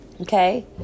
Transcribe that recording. Okay